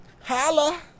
holla